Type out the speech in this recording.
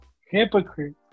Hypocrite